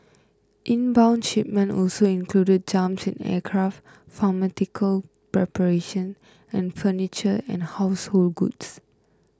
inbound shipments also included jumps in aircraft pharmaceutical preparation and furniture and household goods